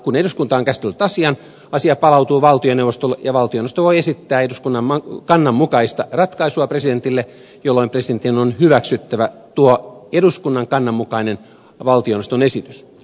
kun eduskunta on käsitellyt asian asia palautuu valtioneuvostolle ja valtioneuvosto voi esittää eduskunnan kannan mukaista ratkaisua presidentille jolloin presidentin on hyväksyttävä tuo eduskunnan kannan mukainen valtioneuvoston esitys